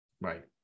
Right